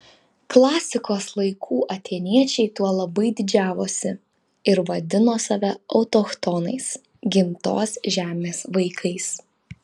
klasikos laikų atėniečiai tuo labai didžiavosi ir vadino save autochtonais gimtos žemės vaikais